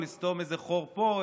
לסתום איזה חור פה,